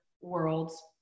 Worlds